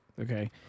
Okay